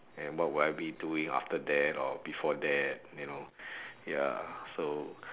and what will I be doing after that or before that you know ya so